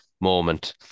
moment